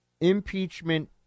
impeachment